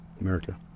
America